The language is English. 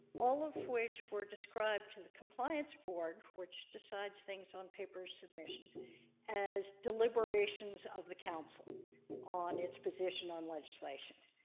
all of which were described to the compliance board which decides things on paper submissions as deliberations of the council on its position on legislation.